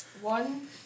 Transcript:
One